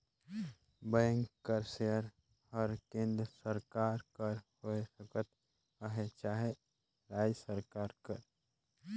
bank कर share हर केन्द्र सरकार कर होए सकत अहे चहे राएज सरकार कर